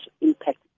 impact